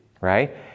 right